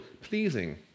pleasing